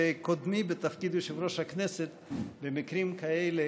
קודמי בתפקיד יושב-ראש הכנסת במקרים כאלה,